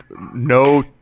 no